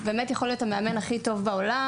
הוא באמת יכול להיות המאמן הכי טוב בעולם,